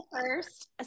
first